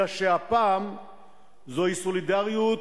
אלא שהפעם זוהי סולידריות